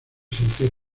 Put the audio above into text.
sentir